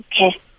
Okay